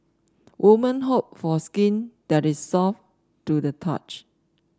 woman hope for skin that is soft to the touch